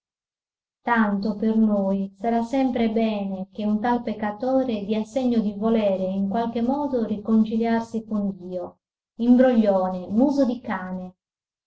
tanto per noi sarà sempre bene che un tal peccatore dia segno di volere in qualche modo riconciliarsi con dio imbroglione muso di cane